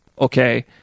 okay